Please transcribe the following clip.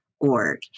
.org